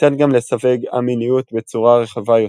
ניתן גם לסווג א-מיניות בצורה רחבה יותר,